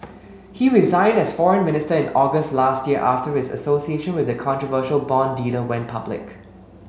he resigned as foreign minister in August last year after his association with the controversial bond dealer went public